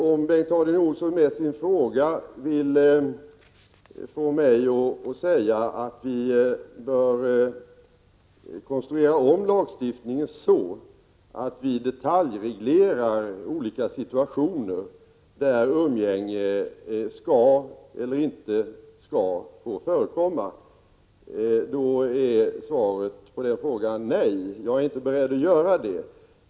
Om Bengt Harding Olson med sin fråga vill få mig att säga att lagstiftningen bör konstrueras om, så att olika situationer där umgänge skall eller inte skall få förekomma detaljregleras, är svaret på frågan nej. Jag är inte beredd att ändra lagstiftningen.